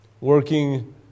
Working